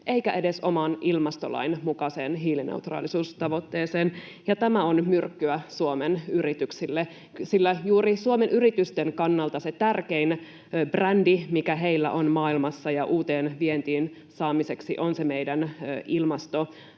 eikä edes oman ilmastolain mukaiseen hiilineutraalisuustavoitteeseen, ja tämä on myrkkyä Suomen yrityksille, sillä juuri Suomen yritysten kannalta se tärkein brändi, mikä heillä on maailmassa uuden viennin saamiseksi, on se meidän ilmastoimagomme,